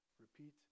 repeat